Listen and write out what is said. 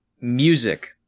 Music